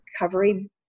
recovery